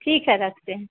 ठीक है रखते हैं